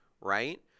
Right